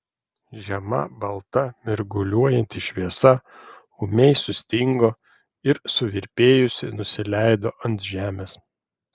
žema balta mirguliuojanti šviesa ūmiai sustingo ir suvirpėjusi nusileido ant žemės